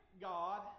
God